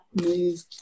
move